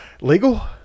Legal